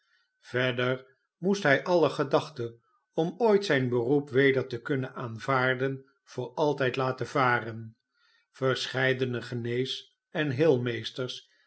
verder moest hij alle gedachte om ooit zijn beroep weder te kunnen aanvaarden voor altijd laten varen verscheidene genees en